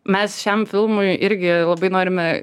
mes šiam filmui irgi labai norime